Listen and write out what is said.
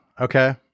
okay